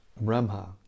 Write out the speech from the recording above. Brahma